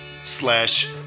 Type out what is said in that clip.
Slash